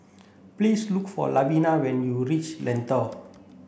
please look for Lavina when you reach Lentor